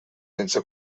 sense